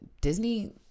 Disney